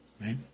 right